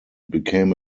became